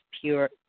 pure